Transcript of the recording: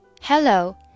Hello